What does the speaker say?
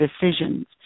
decisions